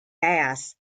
bass